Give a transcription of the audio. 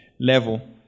level